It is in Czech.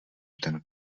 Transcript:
ten